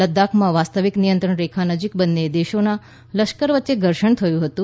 લદ્દાખમાં વાસ્તવિક નિયંત્રણ રેખા નજીક બંને દેશોનાં લશ્કર વચ્ચે ઘર્ષણ થયું હતું